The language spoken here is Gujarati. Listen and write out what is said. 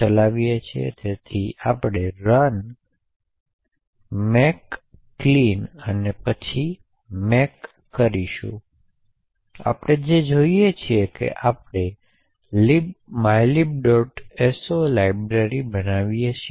બધી ઇન્ટેલ મશીનો કાઉન્ટર જાળવે છે